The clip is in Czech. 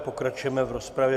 Pokračujeme v rozpravě.